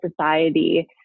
society